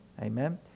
Amen